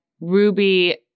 Ruby